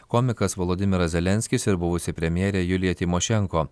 komikas volodymiras zelenskis ir buvusi premjerė julija tymošenko